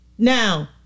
Now